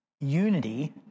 Unity